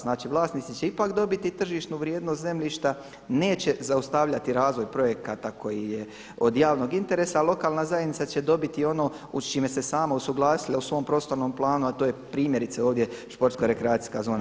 Znači vlasnici će ipak dobiti tržišnu vrijednost zemljišta, neće zaustavljati razvoj projekata koji je od javnog interesa a lokalna zajednica će dobiti ono s čime se sama usuglasila u svom prostornom planu a to je primjerice ovdje športsko-rekreacijska zona.